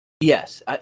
Yes